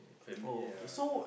family uh